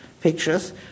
pictures